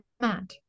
mad